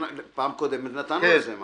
פעם הקודמת נתנו, כן.